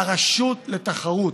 ל"רשות לתחרות".